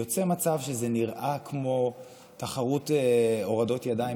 יוצא מצב שזה נראה כמו תחרות הורדות ידיים